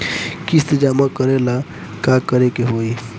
किस्त जमा करे ला का करे के होई?